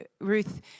Ruth